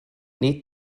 nid